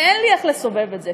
ואין לי איך לסובב את זה,